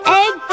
egg